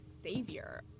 savior